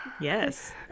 yes